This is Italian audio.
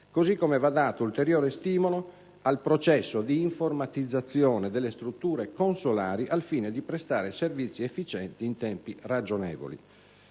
così come va dato ulteriore stimolo al processo di informatizzazione delle strutture consolari al fine di prestare servizi efficienti in tempi ragionevoli.